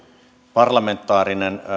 parlamentaarinen